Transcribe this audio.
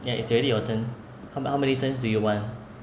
ya it's already your turn how how many turns do you want